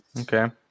okay